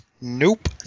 Nope